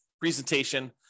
presentation